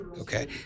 Okay